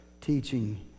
teaching